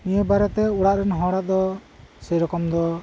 ᱱᱤᱭᱟᱹ ᱵᱟᱨᱮᱛᱮ ᱚᱲᱟᱜ ᱨᱮᱱ ᱦᱚᱲᱟᱜ ᱫᱚ ᱥᱮ ᱨᱚᱠᱚᱢ ᱫᱚ